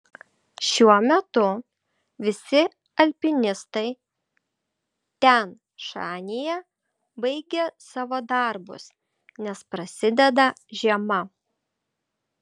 šiuo metu visi alpinistai tian šanyje baigė savo darbus nes prasideda žiema